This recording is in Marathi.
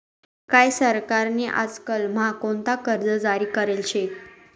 काय सरकार नी आजकाल म्हा कोणता कर्ज जारी करेल शे